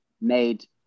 made